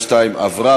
28 בעד,